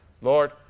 Lord